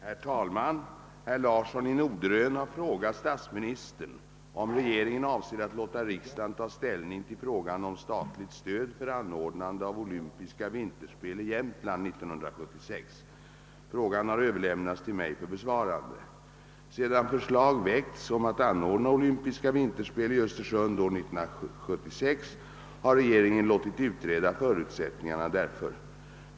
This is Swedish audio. Herr talman! Herr Larsson i Norderön har frågat statsministern om regeringen avser att låta riksdagen ta ställning till frågan om statligt stöd för anordnande av olympiska vinterspel i Jämtland 1976. Frågan har överlämnats till mig för besvarande. Sedan förslag väckts om att anordna olympiska vinterspel i Östersund år 1976 har regeringen låtit utreda förutsättningarna därför.